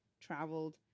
traveled